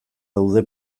daude